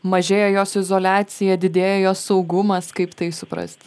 mažėja jos izoliacija didėja jos saugumas kaip tai suprasti